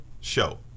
show